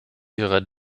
ihrer